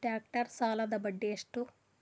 Tractor ಸಾಲದ್ದ ಬಡ್ಡಿ ಎಷ್ಟ?